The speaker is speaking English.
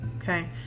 Okay